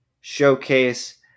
showcase